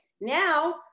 Now